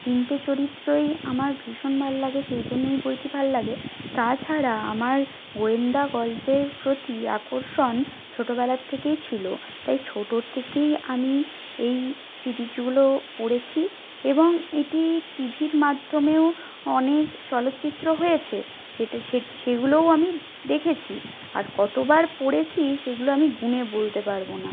তিনটে চরিত্রই আমার ভীষণ ভাল লাগে সেই জন্য এই বইটি ভাল লাগে তাছাড়া আমার গোয়েন্দা গল্পের প্রতি আকর্ষণ ছোটোবেলা থেকেই ছিল তাই ছোটোর থেকেই আমি এই সিরিজগুলো পড়েছি এবং এটি টিভির মাধ্যমেও অনেক চলচ্চিত্র হয়েছে সেটা সে সেগুলোও আমি দেখেছি আর কতবার পড়েছি সেগুলো আমি গুনে বলতে পারবো না